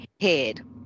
head